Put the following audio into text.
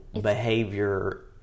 behavior